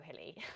hilly